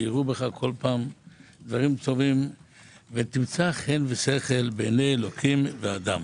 שיראו בך כל פעם דברים טובים ותמצא חן ושכל בעיני אלוקים ואדם.